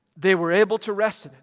they were able to wrest in